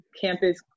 campus